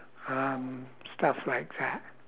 um stuff like that